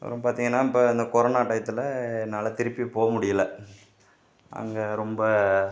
அப்புறம் பார்த்திங்கனா இப்போ அந்த கொரோனா டயத்தில் என்னால் திருப்பி போக முடியலை அங்கே ரொம்ப